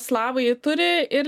slavai turi ir